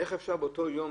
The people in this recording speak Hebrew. איך אפשר לספור באותו יום?